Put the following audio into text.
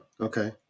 Okay